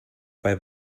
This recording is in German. bei